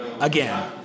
again